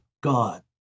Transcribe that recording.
God